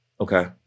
okay